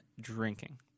drinking